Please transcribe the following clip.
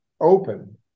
open